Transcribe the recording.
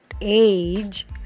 age